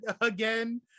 again